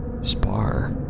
Spar